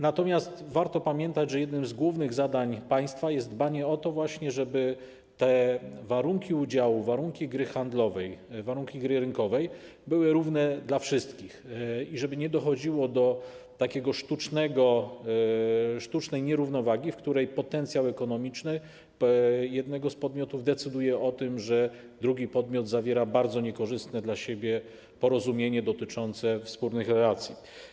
Natomiast warto pamiętać, że jednym z głównych zadań państwa jest dbanie o właśnie to, żeby te warunki udziału, warunki gry handlowej, warunki gry rynkowej były równe dla wszystkich i żeby nie dochodziło do sztucznej nierównowagi, w której potencjał ekonomiczny jednego z podmiotów decyduje o tym, że drugi podmiot zawiera bardzo niekorzystne dla siebie porozumienie dotyczące wspólnych relacji.